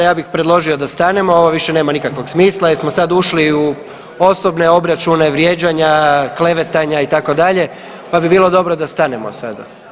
Ja bih predložio da stanemo, ovo više nema nikakvog smisla jer smo sad ušli u osobne obračune, vrijeđanja, klevetanja itd. pa bi bilo dobro da stanemo sada.